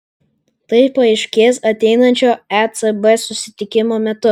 tai paaiškės ateinančio ecb susitikimo metu